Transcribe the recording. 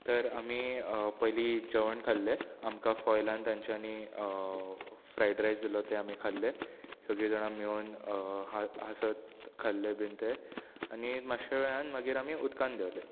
तर आमी पयलीं जेवण खाल्लें आमकां फाॅयलान तांच्यानी फ्राइड रायस दि्ल्लो तो आमी खाल्लें सगलीं जाणां मेळून हासत खाल्लें बीन तें आनी मात्शे वेळान आमी उदकान देंवले